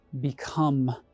become